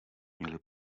měly